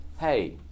hey